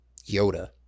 Yoda